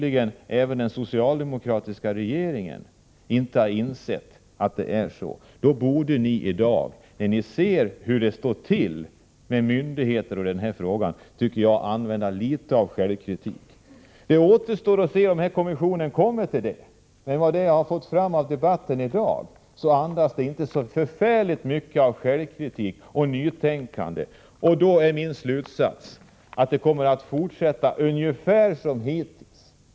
Inte heller den socialdemokratiska regeringen tycks ha insett hur läget varit. Då borde ni i dag, när ni ser hur det står till med myndigheter i den här frågan, använda litet självkritik. Det återstår att se vad kommissionen kommer fram till, men debatten i dag andas inte så förfärligt mycket av självkritik och nytänkande. Då är min slutsats att det kommer att fortsätta ungefär som hittills.